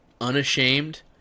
unashamed